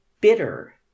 bitter